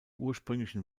ursprünglichen